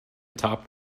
top